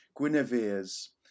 Guinevere's